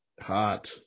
Hot